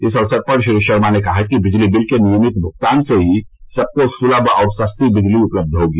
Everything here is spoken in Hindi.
इस अवसर पर श्री शर्मा ने कहा कि बिजली बिल के नियमित भ्गतान से ही सबको सुलभ और सस्ती बिजली उपलब्ध होगी